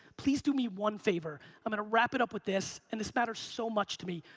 please do me one favor. i'm gonna wrap it up with this, and this matters so much to me.